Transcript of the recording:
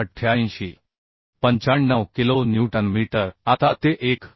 95 kilo newton metre आता ते 1